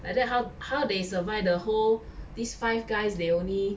like that how how they survive the whole this Five Guys they only